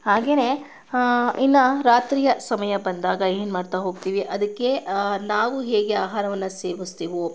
ಹಾಗೆಯೇ ಇನ್ನೂ ರಾತ್ರಿಯ ಸಮಯ ಬಂದಾಗ ಏನು ಮಾಡ್ತಾ ಹೋಗ್ತೀವಿ ಅದಕ್ಕೆ ನಾವು ಹೇಗೆ ಆಹಾರವನ್ನು ಸೇವಿಸ್ತೀವೋ